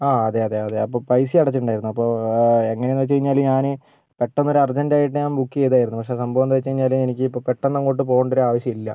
ആ അതെ അതെ അതെ അപ്പം പൈസ അടച്ചിട്ടുണ്ടായിരുന്നു അപ്പം എങ്ങനെയാണെന്ന് വെച്ച് കഴിഞ്ഞാൽ ഞാൻ പെട്ടെന്ന് ഒരു അർജൻറ്റ് ആയിട്ട് ഞാൻ ബുക്ക് ചെയ്തായിരുന്നു പക്ഷേ സംഭവം എന്താണെന്ന് വെച്ച് കഴിഞ്ഞാൽ എനിക്ക് ഇപ്പം പെട്ടെന്ന് അങ്ങോട്ട് പോവേണ്ട ഒരു ആവശ്യം ഇല്ല